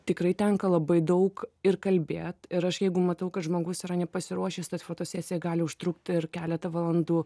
tikrai tenka labai daug ir kalbėt ir aš jeigu matau kad žmogus yra nepasiruošęs tad fotosesija gali užtrukt ir keletą valandų